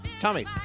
Tommy